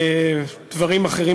דברים אחרים,